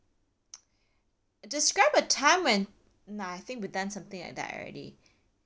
describe a time when nah I think we done something like that already